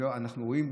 אנחנו רואים,